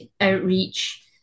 outreach